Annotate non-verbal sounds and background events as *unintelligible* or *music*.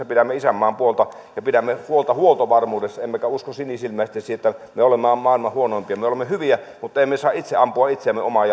*unintelligible* pidämme isänmaan puolta ja pidämme huolta huoltovarmuudesta emmekä usko sinisilmäisesti siihen että me olemme maailman huonoimpia me olemme hyviä mutta emme saa itse ampua itseämme omaan *unintelligible*